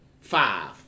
five